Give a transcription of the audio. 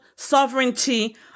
sovereignty